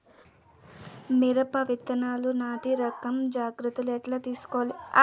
మిరప విత్తనాలు నాటి రకం జాగ్రత్తలు ఎట్లా తీసుకోవాలి?